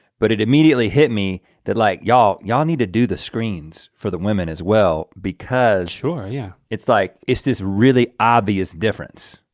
but it immediately hit me that like, y'all y'all need to do the screens for the women as well. because yeah it's like it's this really obvious difference.